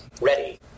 Ready